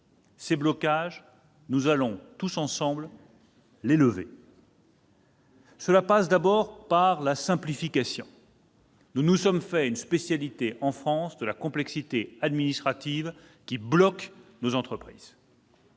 Ces blocages, nous allons, tous ensemble, les lever ! Cela passe par la simplification. Nous nous sommes fait une spécialité, en France, de la complexité administrative, et celle-ci est